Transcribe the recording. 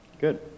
Good